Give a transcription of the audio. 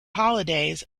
holidays